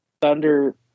thunder